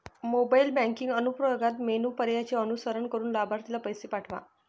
mobile banking अनुप्रयोगात menu पर्यायांचे अनुसरण करून लाभार्थीला पैसे पाठवा